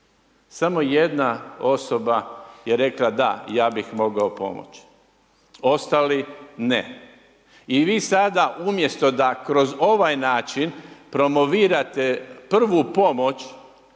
Samo jedna osoba je rekla da, ja bih mogao pomoći. Ostali ne. I vi sada umjesto da kroz ovaj način promovirate prvu pomoć,